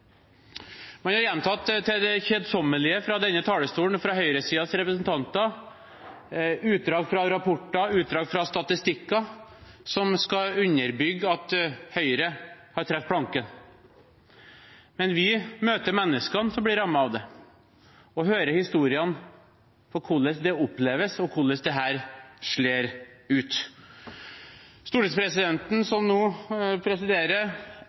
Man har til det kjedsommelige fra denne talerstolen og fra høyresidens representanter gjentatt utdrag fra rapporter, utdrag fra statistikker som skal underbygge at Høyre har truffet planken. Men vi møter menneskene som blir rammet av det, og hører historiene om hvordan det oppleves, hvordan dette slår ut. Stortingspresidenten som nå